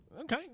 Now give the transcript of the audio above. Okay